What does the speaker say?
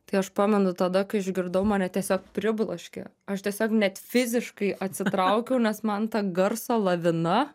tai aš pamenu tada kai išgirdau mane tiesiog pribloškė aš tiesiog net fiziškai atsitraukiau nes man ta garso lavina